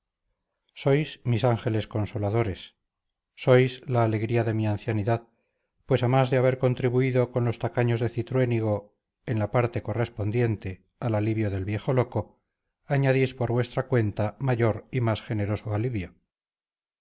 sois mis ángeles consoladores sois la alegría de mi ancianidad pues a más de haber contribuido con los tacaños de cintruénigo en la parte correspondiente al alivio del viejo loco añadís por vuestra cuenta mayor y más generoso alivio